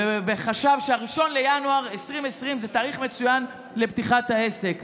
והוא חשב ש-1 בינואר 2020 זה תאריך מצוין לפתיחת העסק.